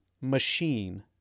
machine